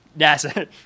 NASA